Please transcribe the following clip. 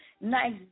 nice